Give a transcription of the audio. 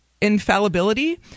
infallibility